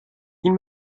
این